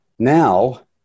Now